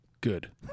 Good